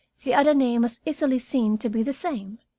the other name was easily seen to be the same.